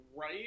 right